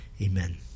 Amen